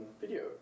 video